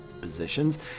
positions